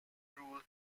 rule